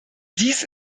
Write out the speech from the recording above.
dies